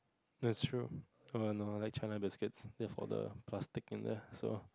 it's true oh no like China biscuits they for the plastic in there so